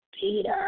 Peter